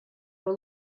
were